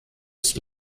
ist